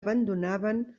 abandonaven